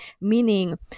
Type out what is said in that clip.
meaning